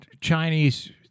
Chinese